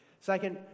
Second